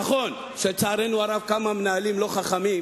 נכון שלצערנו הרב כמה מנהלים לא חכמים,